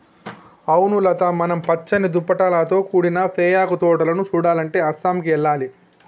అవును లత మనం పచ్చని దుప్పటాలతో కూడిన తేయాకు తోటలను సుడాలంటే అస్సాంకి ఎల్లాలి